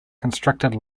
constructed